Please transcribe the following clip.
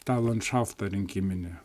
tą landšaftą rinkiminį